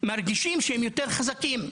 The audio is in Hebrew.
מרגישים שהם יותר חזקים.